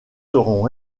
seront